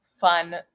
fun